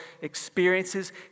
experiences